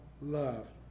Love